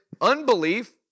unbelief